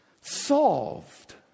Solved